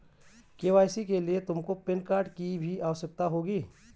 KYC के लिए तुमको पैन कार्ड की भी आवश्यकता होगी